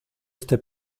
este